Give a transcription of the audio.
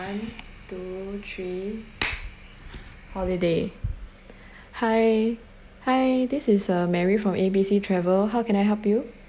one two three holiday hi hi this is uh mary from a b c travel how can I help you